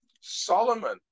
Solomon